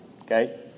Okay